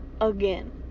again